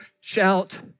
shout